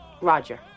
Roger